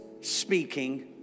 speaking